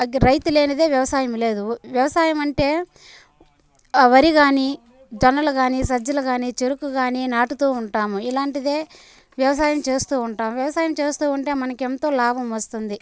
అది రైతు లేనిదే వ్యవసాయం లేదు వ్యవసాయం అంటే వరి గానీ జొన్నలు గానీ సజ్జలు గాని చెరకు గానీ నాటుతూ ఉంటాము ఇలాంటిదే వ్యవసాయం చేస్తూ ఉంటాము వ్యవసాయం చేస్తూ ఉంటే మనకెంతో లాభం వస్తుంది